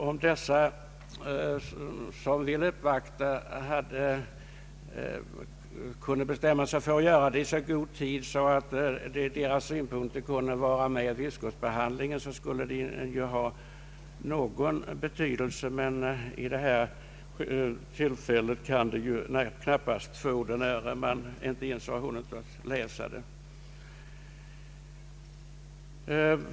Om de som vill uppvakta oss kunde bestämma sig för att göra det i så god tid att deras synpunkter kunde bli beaktade vid utskottsbehandlingen skulle sådana meningsyttringar kunna få någon betydelse, men vid ett tillfälle som detta kan de knappast få det eftersom brevet kommit så sent att vi inte ens hunnit ta del av det.